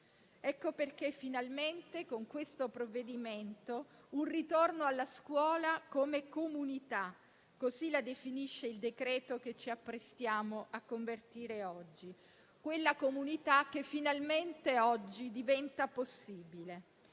Ecco perché finalmente con questo provvedimento vi è un ritorno alla scuola come comunità, così la definisce il decreto-legge che ci apprestiamo a convertire oggi. Quella comunità che finalmente oggi diventa possibile.